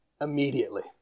immediately